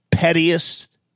pettiest